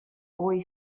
boy